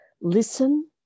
Listen